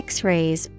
X-rays